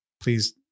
please